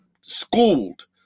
schooled